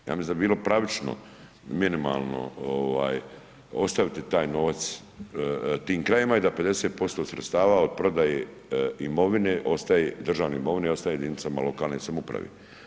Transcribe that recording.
Ja mislim da bi bilo pravično minimalno ostaviti taj novac tim krajevima i da 50% sredstava od prodaje imovine ostaje državne imovine ostaje jedinicama lokalne samouprave.